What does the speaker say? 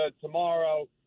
tomorrow